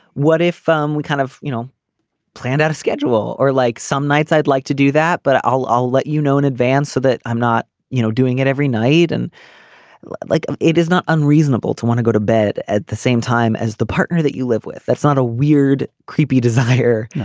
what if um we kind of you know planned out a schedule or like some nights i'd like to do that but i'll i'll let you know in advance so that i'm not you know doing it every night and like it is not unreasonable to want to go to bed at the same time as the partner that you live with. that's not a weird creepy desire.